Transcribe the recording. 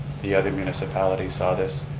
the other municipalities saw this.